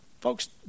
Folks